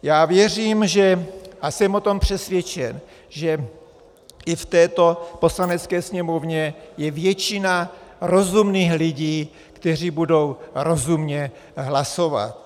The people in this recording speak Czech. Já věřím a jsem o tom přesvědčen, že i v této Poslanecké sněmovně je většina rozumných lidí, kteří budou rozumně hlasovat.